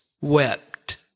wept